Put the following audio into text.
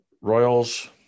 royals